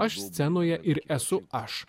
aš scenoje ir esu aš